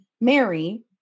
Mary